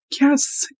yes